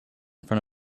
front